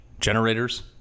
Generators